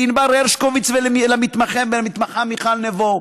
לענבר הרשקוביץ ולמתמחה מיכל נבו: